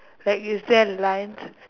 like you sell lines